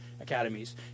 academies